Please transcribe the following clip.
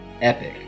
Epic